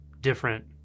different